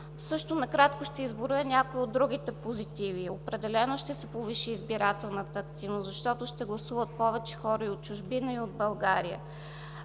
Накратко ще изброя и някои от другите позитиви: определено ще се повиши избирателната активност, защото ще гласуват повече хора и от чужбина, и от България.